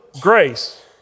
grace